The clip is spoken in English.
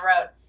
road